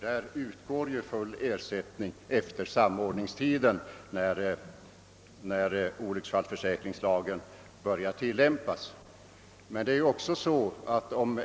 Där utgår nämligen full ersättning efter samordningstiden när = olycksfallsförsäkringslagen börjar tillämpas.